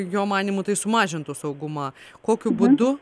jo manymu tai sumažintų saugumą kokiu būdu